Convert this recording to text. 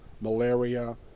malaria